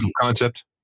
concept